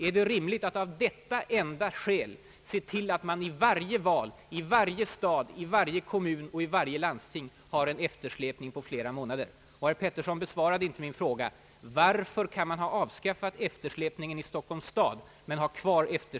är det rimligt att av detta enda skäl vid varje val — i varje stad, i varje kommun och i varje landsting — ha en eftersläpning på flera månader?